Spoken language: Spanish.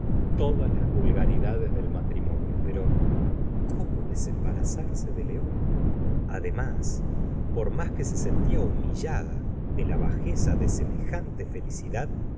todas las vulgaridades del matrimonio pero cómo desembarazarse de leó n además por más que se sentía humillada de la bajeza de semejante felicidad